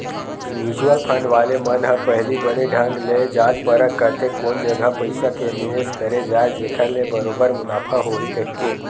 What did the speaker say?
mutual fund वाले मन ह पहिली बने ढंग ले जाँच परख करथे कोन जघा पइसा के निवेस करे जाय जेखर ले बरोबर मुनाफा होही कहिके